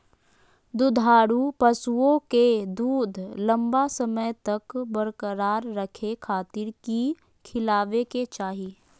दुधारू पशुओं के दूध लंबा समय तक बरकरार रखे खातिर की खिलावे के चाही?